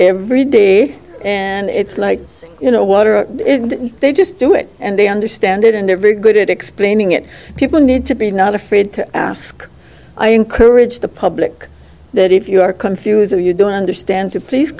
every day and it's like you know water they just do it and they understand it and they're very good at explaining it people need to be not afraid to ask i encourage the public that if you are confused if you don't understand to please